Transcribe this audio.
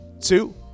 two